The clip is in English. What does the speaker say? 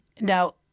Now